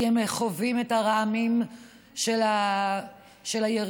כי הם חווים את הרעמים של היריות,